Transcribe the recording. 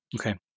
Okay